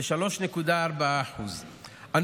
ל-3.4% בלבד.